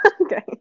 Okay